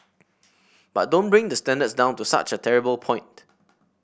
but don't bring the standards down to such a terrible point